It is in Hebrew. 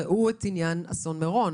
ראו את עניין אסון מירון.